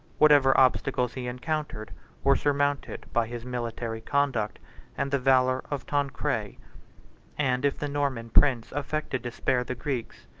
whatever obstacles he encountered were surmounted by his military conduct and the valor of tancred and if the norman prince affected to spare the greeks,